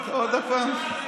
עוד פעם?